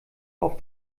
auf